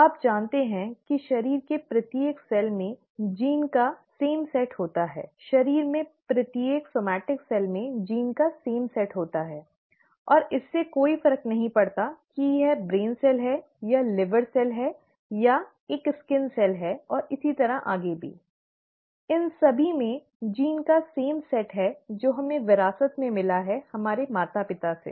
आप जानते हैं कि शरीर के प्रत्येक कोशिका में जीन का एक ही सेट होता है शरीर में प्रत्येक सोमैट्इक कोशिका में जीन का एक ही सेट होता है और इससे कोई फर्क नहीं पड़ता कि यह मस्तिष्क कोशिका है या यकृत कोशिका या एक त्वचा कोशिका और इसी तरह आगे भी इन सभी में जीन का एक ही सेट है जो हमें विरासत में मिला है हमारे माता पिता से